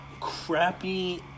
crappy